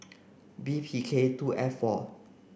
B P K two F four